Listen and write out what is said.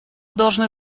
должны